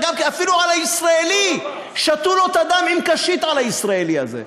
אפילו על ה"ישראלי" שתו לו את הדם עם קשית על ה"ישראלי" הזה.